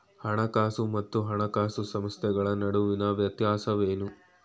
ಹಣಕಾಸು ಮತ್ತು ಹಣಕಾಸು ಸಂಸ್ಥೆಗಳ ನಡುವಿನ ವ್ಯತ್ಯಾಸವೇನು?